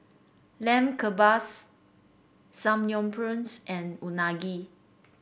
Lamb Kebabs Samgyeopsal and Unagi